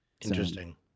Interesting